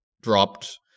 dropped